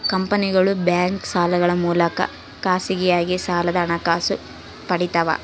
ಕಂಪನಿಗಳು ಬ್ಯಾಂಕ್ ಸಾಲಗಳ ಮೂಲಕ ಖಾಸಗಿಯಾಗಿ ಸಾಲದ ಹಣಕಾಸು ಪಡಿತವ